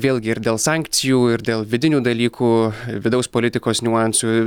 vėlgi ir dėl sankcijų ir dėl vidinių dalykų vidaus politikos niuansų